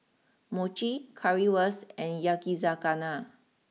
Mochi Currywurst and Yakizakana